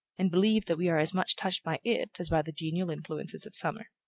and believe that we are as much touched by it as by the genial influences of summer.